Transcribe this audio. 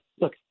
look